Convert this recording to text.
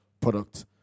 product